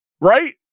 Right